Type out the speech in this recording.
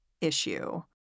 issue